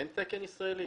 אין תקן ישראלי.